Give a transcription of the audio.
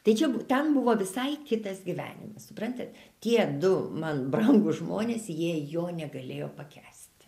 tai čia ten buvo visai kitas gyvenimas supranti tie du man brangūs žmonės jie jo negalėjo pakęsti